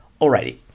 Alrighty